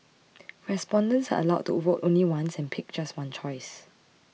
respondents are allowed to vote only once and pick just one choice